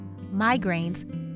migraines